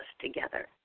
together